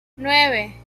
nueve